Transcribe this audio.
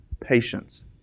Patience